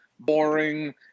boring